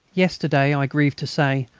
yesterday, i grieve to say,